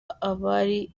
abari